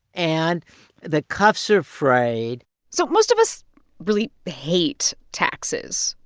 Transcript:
and the cuffs are frayed so most of us really hate taxes,